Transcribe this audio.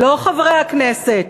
לא חברי הכנסת.